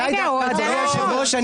אדוני היושב-ראש,